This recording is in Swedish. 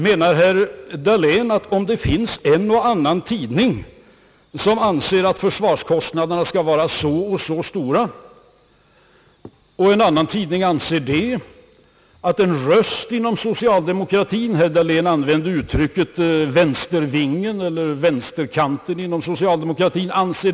Syftar herr Dahlén på att en och annan tidning anser att försvarskostnaderna skall vara så och så stora? Någon tidning har sagt att röster inom socialdemokratin anser det och det — herr Dahlén använde uttrycket vänstervingen eller vänsterkanten inom socialdemokratin.